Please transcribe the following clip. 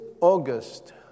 August